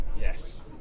yes